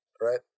Right